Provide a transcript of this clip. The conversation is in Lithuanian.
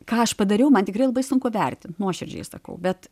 ką aš padariau man tikrai labai sunku vertint nuoširdžiai sakau bet